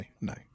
no